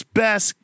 best